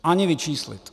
Ani vyčíslit.